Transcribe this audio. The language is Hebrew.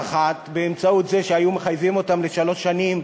אחת באמצעות זה שהיו מחייבים אותם לשלוש שנים,